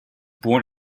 born